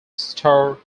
store